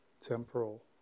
temporal